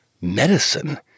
medicine